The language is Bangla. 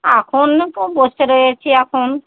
এখনো তো বসে রয়েছি এখন